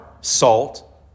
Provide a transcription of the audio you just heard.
salt